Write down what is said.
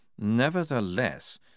Nevertheless